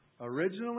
Originally